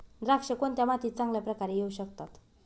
द्राक्षे कोणत्या मातीत चांगल्या प्रकारे येऊ शकतात?